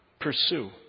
pursue